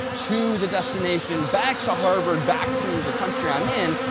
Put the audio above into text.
to the destination, back to harvard, back to the country i'm in,